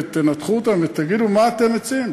תנתחו אותם ותגידו מה אתם מציעים.